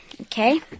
okay